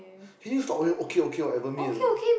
can you stop only okay okay whatever me a not